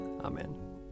Amen